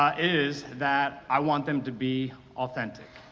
um is that i want them to be authentic.